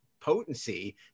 potency